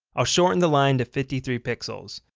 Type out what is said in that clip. i'll shorten the line to fifty three pixels.